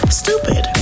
stupid